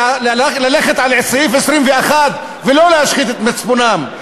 ללכת על סעיף 21 ולא להשחית את מצפונם.